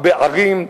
הרבה ערים,